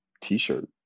t-shirt